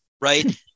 right